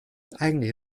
eigentlich